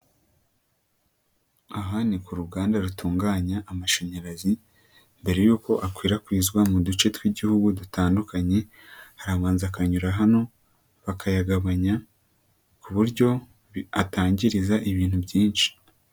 Aha ni ku ruganda rutunganya amashanyarazi, mbere y'uko akwirakwizwa mu duce tw'igihugu dutandukanye, arabanza akanyura hano bakayagabanya ku buryo atangiriza ibintu byinshi.